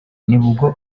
nibwo